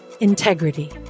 integrity